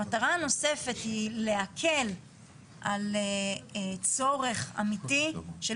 המטרה הנוספת היא להקל על צורך אמיתי של